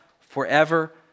forever